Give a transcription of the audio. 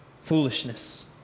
foolishness